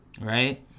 right